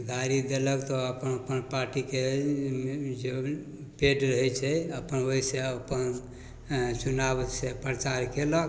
गाड़ी देलक तऽ अपन अपन पार्टीके जे पेड रहै छै अपन ओहिसँ अपन चुनाव से प्रचार केलक